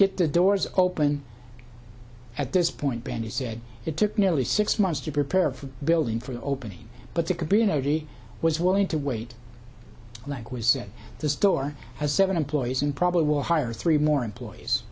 get the doors open at this point benny said it took nearly six months to prepare for building for the opening but it could be nobody was willing to wait like we said the store has seven employees and probably will hire three more employees